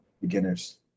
beginners